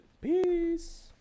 Peace